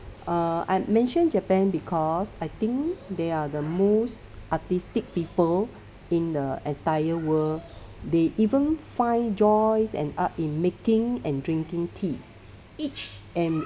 err I mentioned japan because I think they are the most artistic people in the entire world they even find joys and art in making and drinking tea each and